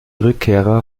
rückkehrer